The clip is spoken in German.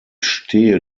stehe